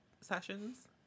sessions